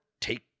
take